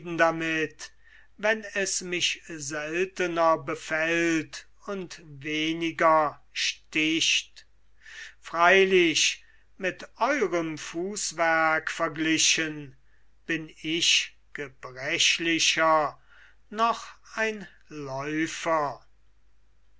damit wenn es mich seltener befällt und weniger sticht freilich mit eurem fußwerk verglichen bin ich gebrechlicher ein läufer